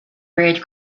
bridge